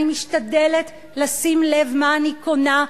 אני משתדלת לשים לב מה אני קונה,